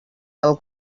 del